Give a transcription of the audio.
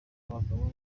bagabo